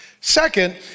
Second